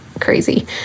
crazy